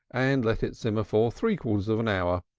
and let it simmer for three-quarters of an hour.